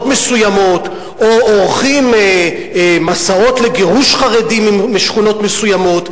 מסוימות או עורכים מסעות לגירוש חרדים משכונות מסוימות.